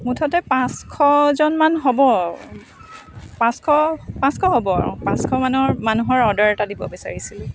মুঠতে পাঁচশজনমান হ'ব পাঁচশ পাঁচশ হ'ব আৰু পাঁচশ মানৰ মানুহৰ অৰ্ডাৰ এটা দিব বিচাৰিছোঁ